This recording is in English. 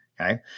Okay